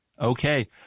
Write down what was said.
Okay